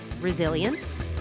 resilience